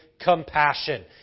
compassion